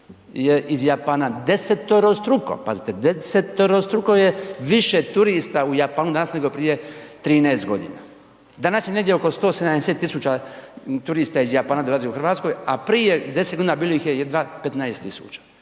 je iz Japana deseterostruko, pazite deseterostruko je više turista u Japanu danas nego prije 13 godina. Danas je negdje oko 170.000 turista iz Japana dolazi u Hrvatsku, a prije 10 godina bilo ih je jedva 15.000.